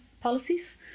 policies